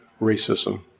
racism